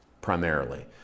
primarily